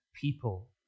people